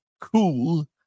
cool